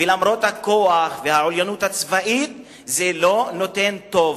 ולמרות הכוח והעליונות הצבאית זה לא טוב,